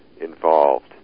involved